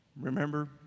Remember